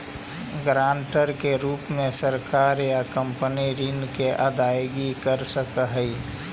guarantor के रूप में सरकार या कंपनी ऋण के अदायगी कर सकऽ हई